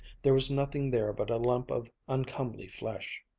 there was nothing there but a lump of uncomely flesh.